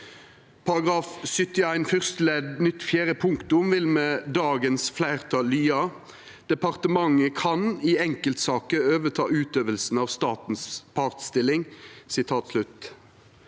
Paragraf 71 fyrste ledd nytt fjerde punktum vil med dagens fleirtal lyda: «Departementet kan i enkeltsaker overta utøvelsen av statens partsstilling.»